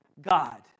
God